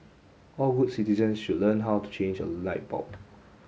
all good citizens should learn how to change a light bulb